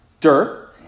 dirt